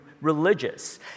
religious